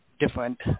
different